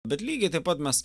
bet lygiai taip pat mes